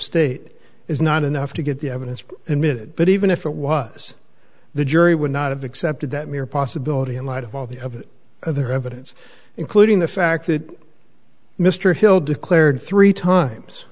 tate is not enough to get the evidence and it but even if it was the jury would not have accepted that mere possibility in light of all the of their evidence including the fact that mr hill declared three times